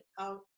out